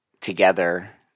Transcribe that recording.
together